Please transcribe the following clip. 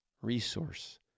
resource